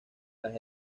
tras